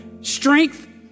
strength